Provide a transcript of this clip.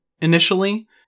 initially